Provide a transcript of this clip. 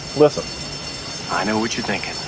listen, i know what you're thinking.